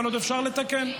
אבל עוד אפשר לתקן.